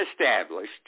established